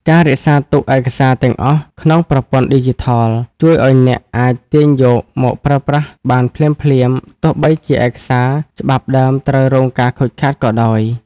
ការរក្សាទុកឯកសារទាំងអស់ក្នុង ប្រព័ន្ធឌីជីថល ជួយឱ្យអ្នកអាចទាញយកមកប្រើប្រាស់បានភ្លាមៗ ទោះបីជាឯកសារច្បាប់ដើមត្រូវរងការខូចខាតក៏ដោយ។